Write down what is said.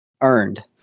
earned